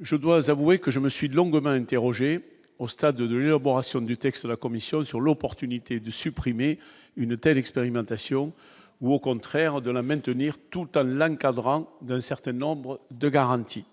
je dois avouer que je me suis longuement interrogé au stade de Durban du texte, la commission sur l'opportunité de supprimer une telle expérimentation ou au contraire de la maintenir tout à l'encadrant d'un certaine nombre de garanties,